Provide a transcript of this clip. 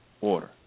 order